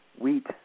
wheat